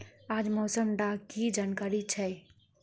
आज मौसम डा की जानकारी छै?